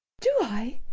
do i?